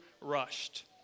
rushed